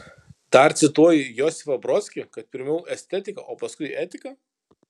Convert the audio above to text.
dar cituoji josifą brodskį kad pirmiau estetika o paskui etika